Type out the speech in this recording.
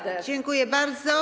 Dziękuję bardzo.